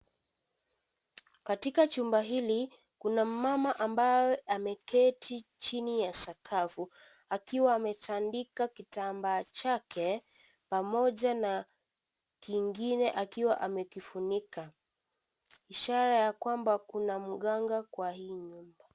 Katika chumba hili kuna mmama ambaye ameketi chini ya sakafu akiwa ametandika kitambaa chake pamoja na kingine akiwa amekifunika ishara ya kwamba kuna mganga kwa hii nyumba.